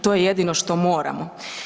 To je jedino što moramo.